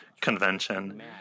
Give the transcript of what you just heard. convention